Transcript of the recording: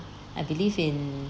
I believe in